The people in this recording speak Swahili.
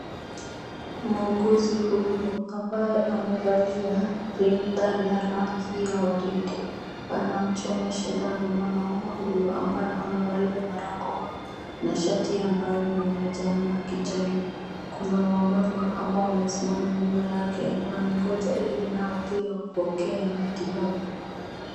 Muuguzi huyu ambaye amevalia rinda la rangi ya waridi, anamchoma sindano mwanaume huyu ambaye anavalia barakoa na shati ambayo ni ya manjano na kijani. Kuna wamama ambao wamesimama nyuma yake, wanangoja ili nao pia kupokea matibabu.